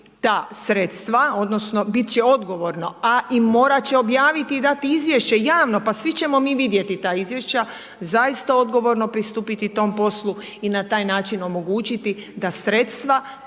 ta sredstava odnosno bit će odgovorno a i morat će objaviti i dati izvješće javno pa svi ćemo mi vidjeti ta izvješća, zaista odgovorno pristupiti tom poslu i na taj način omogućiti da sredstava